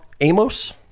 Amos